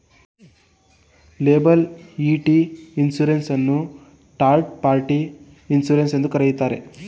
liability insurance ಅನ್ನು third party insurance ಎಂದು ಕರೆಯುತ್ತಾರೆ